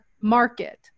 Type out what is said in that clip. market